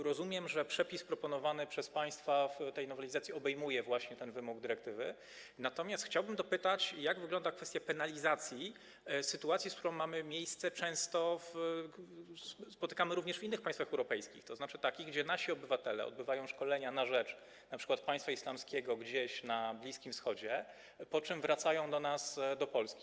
Rozumiem, że przepis proponowany przez państwa w tej nowelizacji obejmuje ten wymóg dyrektywy, natomiast chciałbym dopytać, jak wygląda kwestia penalizacji sytuacji, która ma często miejsce, spotykamy się z nią również w innych państwach europejskich, tzn. takiej, gdy nasi obywatele odbywają szkolenia na rzecz np. Państwa Islamskiego gdzieś na Bliskim Wschodzie, po czym wracają do Polski.